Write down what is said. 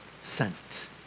sent